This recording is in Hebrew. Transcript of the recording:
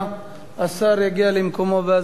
השר יגיע למקומו ואז נצביע.